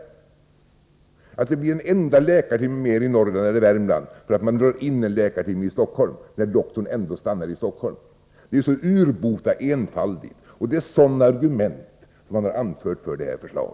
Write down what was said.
Att tro att det blir en enda läkare till i Norrland eller Värmland för att man drar in en läkarmottagning i Stockholm, när doktorn ändå stannar i Stockholm — det är så urbota enfaldigt, men det är sådana argument man har anfört för detta förslag.